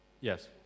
Yes